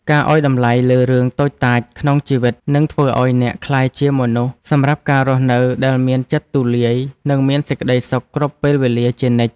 ការឱ្យតម្លៃលើរឿងតូចតាចក្នុងជីវិតនឹងធ្វើឱ្យអ្នកក្លាយជាមនុស្សសម្រាប់ការរស់នៅដែលមានចិត្តទូលាយនិងមានសេចក្តីសុខគ្រប់ពេលវេលាជានិច្ច។